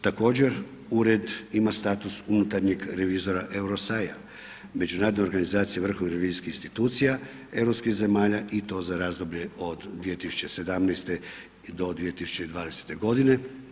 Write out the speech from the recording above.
Također ured ima status unutarnjeg revizora EUROSAI-a Međunarodne organizacije vrhovnih revizijskih institucija europskih zemalja i to za razdoblje od 2017. do 2020. godine.